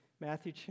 Matthew